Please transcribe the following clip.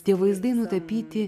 tie vaizdai nutapyti